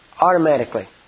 automatically